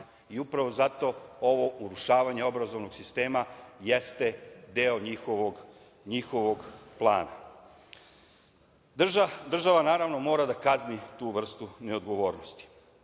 i upravo zato ovo urušavanje obrazovnog sistema jeste deo njihovog plana. Država, naravno mora da kazni tu vrstu neodgovornosti,